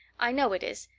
i know it is,